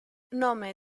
nome